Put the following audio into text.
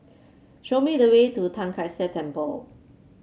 show me the way to Tai Kak Seah Temple